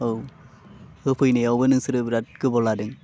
औ होफैनायावबो नोंसोरो बिराद गोबाव लादों